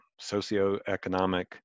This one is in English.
socioeconomic